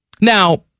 Now